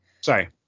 Sorry